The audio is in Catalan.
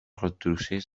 retrocés